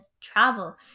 travel